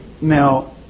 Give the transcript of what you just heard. now